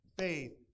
Faith